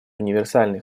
универсальный